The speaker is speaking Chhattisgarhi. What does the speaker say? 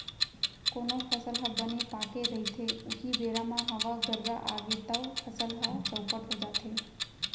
कोनो फसल ह बने पाके रहिथे उहीं बेरा म हवा गर्रा आगे तव फसल ह चउपट हो जाथे